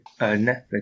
netflix